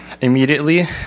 Immediately